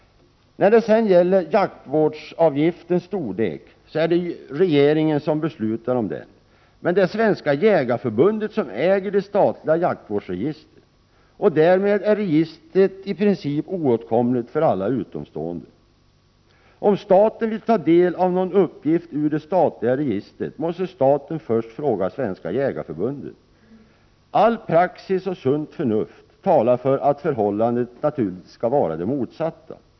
Jaktvårdsavgiftens storlek beslutas av regeringen. Men det är Svenska jägarförbundet som äger det statliga jaktvårdsregistret. Därmed är registret oåtkomligt för alla utomstående. Om staten vill ta del av någon uppgift ur det statliga registret måste staten först fråga Svenska jägarförbundet om lov. All praxis och sunt förnuft talar för att förhållandet skall vara det motsatta.